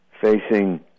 facing